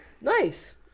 nice